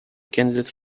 candidate